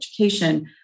education